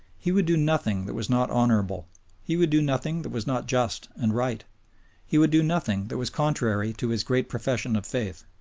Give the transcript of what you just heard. he would do nothing that was not honorable he would do nothing that was not just and right he would do nothing that was contrary to his great profession of faith.